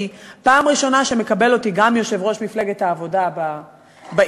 כי זו הפעם הראשונה שמקבלים אותי גם יושב-ראש מפלגת העבודה בעיר,